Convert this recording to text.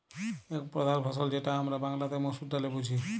এক প্রধাল ফসল যেটা হামরা বাংলাতে মসুর ডালে বুঝি